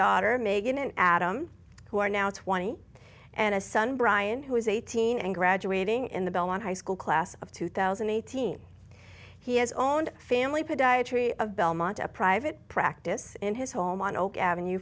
and adam who are now twenty and a son brian who is eighteen and graduating in the belmont high school class of two thousand and eighteen he has owned family podiatry of belmont a private practice in his home on oak avenue